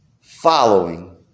following